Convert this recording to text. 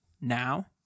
now